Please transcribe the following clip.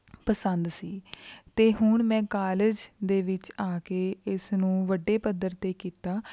ਪਸੰਦ ਸੀ ਅਤੇ ਹੁਣ ਮੈਂ ਕਾਲਜ ਦੇ ਵਿੱਚ ਆ ਕੇ ਇਸਨੂੰ ਵੱਡੇ ਪੱਧਰ 'ਤੇ ਕੀਤਾ